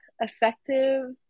effective